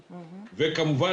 וכמובן,